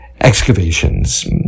excavations